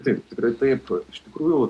taip tikrai taip iš tikrųjų